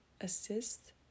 assist